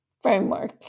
framework